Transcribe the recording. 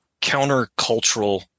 countercultural